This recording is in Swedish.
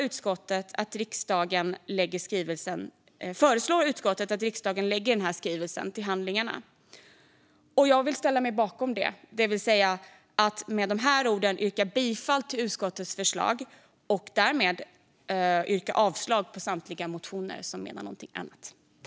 Utskottet föreslår att riksdagen lägger skrivelsen till handlingarna, och jag yrkar bifall till utslagets förslag samt avslag på samtliga motioner som menar något annat.